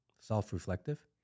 self-reflective